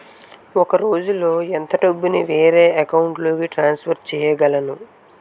ఒక రోజులో ఎంత డబ్బుని వేరే అకౌంట్ లోకి ట్రాన్సఫర్ చేయగలను?